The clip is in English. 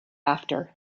after